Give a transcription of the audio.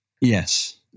yes